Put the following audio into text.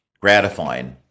gratifying